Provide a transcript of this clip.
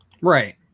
right